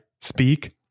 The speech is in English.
speak